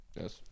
Yes